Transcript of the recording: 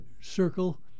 circle